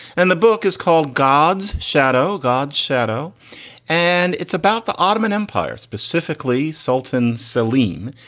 and the book is called god's shadow. god's shadow and it's about the ottoman empire, specifically sultan saleen.